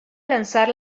lanzar